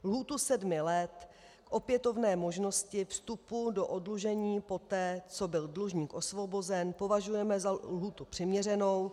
Lhůtu sedmi let opětovné možnosti vstupu do oddlužení poté, co byl dlužník osvobozen, považujeme za lhůtu přiměřenou.